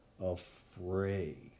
afraid